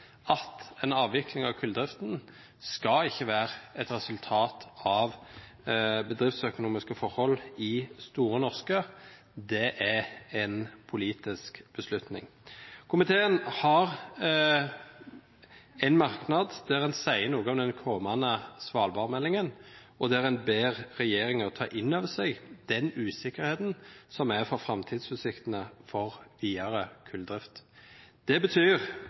at en avvikling av kulldriften ikke skal være et resultat av bedriftsøkonomiske forhold i Store Norske Spitsbergen Kulkompani – det er en politisk beslutning. Komiteen har en merknad der en sier noe om den kommende svalbardmeldingen, og der en ber regjeringen ta inn over seg usikkerheten når det gjelder framtidsutsiktene for videre kulldrift. Det betyr,